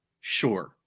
sure